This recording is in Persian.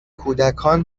کودکان